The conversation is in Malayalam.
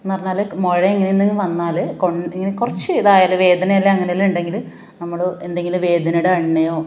എന്ന് പറഞ്ഞാൽ മുഴ ഇങ്ങനെന്നങ്ങ് വന്നാൽ കൊൺ ഇങ്ങനെ കുറച്ച് ഇതായാൽ വേദനയെല്ലാം അങ്ങനെയെല്ലാം ഉണ്ടെങ്കിൽ നമ്മൾ എന്തെങ്കിലും വേദനയുടെ എണ്ണയോ